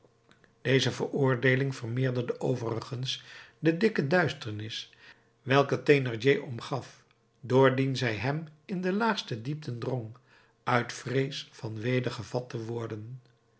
deze veroordeeling vermeerderde overigens de dikke duisternis welke thénardier omgaf doordien zij hem in de laagste diepten drong uit vrees van weder gevat te worden